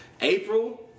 April